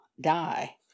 die